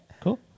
cool